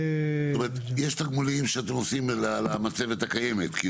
יש תגמולים שאתם עושים למצבת הקיימת.